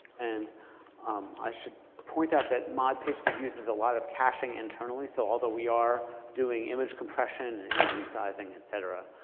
and um i should point that that mod pagespeed uses a lot of caching internally. so although we are doing image compression and image resizing, et cetera,